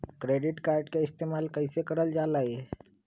Credit card के इस्तेमाल कईसे करल जा लई?